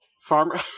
Farmer